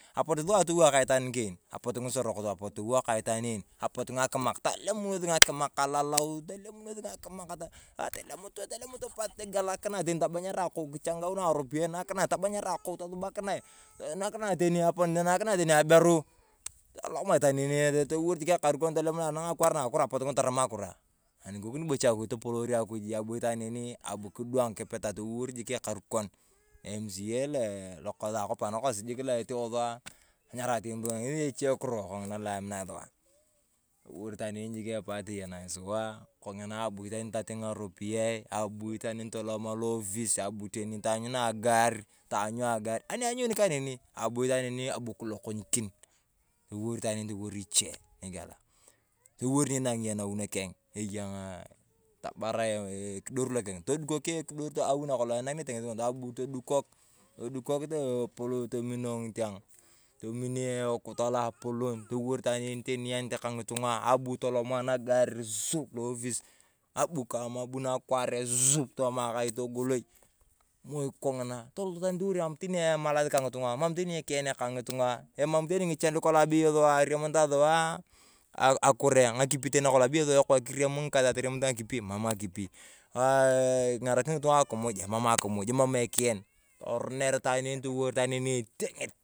Apok saa atawa ka itwaan een apie ngworok towo ka itwaan een apire ngakimako tolimunes ngakimak alaluo tolemunes atolemutu pon togelakinae taan tabanyarae akou tosubasukinae nakinae tani aberu toriwor sik ekarikon ani akwar nakura por ngitung’a tarama akura anikokini bocha akuj topolor akuj abwa itwaan een abu kidung’wa kipita toliwor jik okarikon mca lokosi lo akwap nakosi lo eteo sua tanyarae sua ngesi eche kuro kongina loaminae sua toliwon itakan jik epie toyanie sua kongina abu itwaan kilokonyirini toliwor itwaan iche nigela toliwor ninang’i iyong nawi nakeng’ eya aang’aa ekidor lokeng todukok ekidor awi nakolong ainakinelse ngosi ngitung’a abu todudukuk tomin aukuta loapoloan toliwor itwaan eeen niyane kangitung’a abu tolima nagaar suiii lo ofisi abu kama nakware suiii toma akai togoloi kongina tolok tarau mam tani emalas ka ngitung’a mam tani ekeyan kangitung’aemam tani ngichen lokolong aremunitae sua akare, ngakepi nakolong abei ekoi kirem ngikaasia atoria mutu ngakepi emam ngakipi aaai kingerak ngitung’a akimuj emam akimuj emam ekeyan toraner itwaan tarau itwaan etianget.